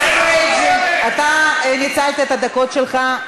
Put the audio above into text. חבר הכנסת פריג', אתה ניצלת את הדקות שלך.